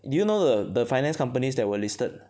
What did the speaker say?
do you know the the finance companies that were listed